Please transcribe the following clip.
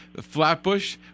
Flatbush